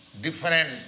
different